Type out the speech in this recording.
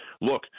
look